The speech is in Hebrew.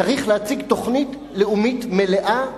צריך להציג תוכנית לאומית מלאה,